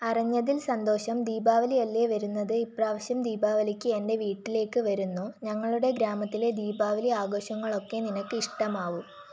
അറഞ്ഞതിൽ സന്തോഷം ദീപാവലി അല്ലേ വരുന്നത് ഇപ്രാവശ്യം ദീപാവലിയ്ക്ക് എന്റെ വീട്ടിലേക്ക് വരുന്നോ ഞങ്ങളുടെ ഗ്രാമത്തിലെ ദീപാവലി ആഘോഷങ്ങളൊക്കെ നിനക്കിഷ്ടമാവും